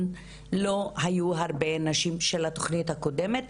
לא היו הרבה נשים של התוכנית הקודמת,